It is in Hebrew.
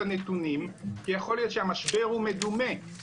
הנתונים כי יכול להיות שהמשבר הוא מדומה,